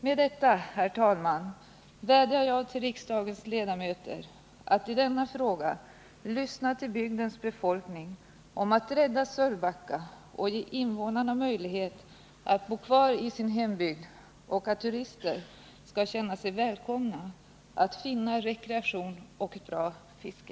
Med detta, herr talman, vädjar jag till riksdagens ledamöter att lyssna till bygdens befolkning, rädda Sölvbacka och ge invånarna möjlighet att bo kvar i sin hembygd, och jag hoppas att turister skall känna sig välkomna att finna rekreation och ett bra fiske.